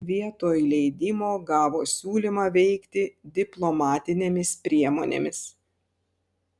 vietoj leidimo gavo siūlymą veikti diplomatinėmis priemonėmis